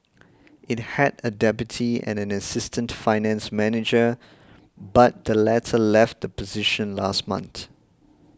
it had a deputy and an assistant finance manager but the latter left the position last month